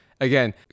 again